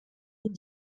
این